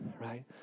right